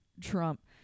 Trump